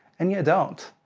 and you don't.